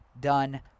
done